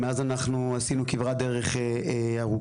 ומאז אנחנו עשינו כברת דרך ארוכה.